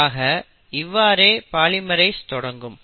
ஆக இவ்வாறே பாலிமெரேஸ் தொடங்கும்